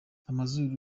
amazuru